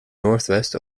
northwest